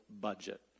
budget